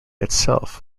itself